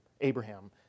Abraham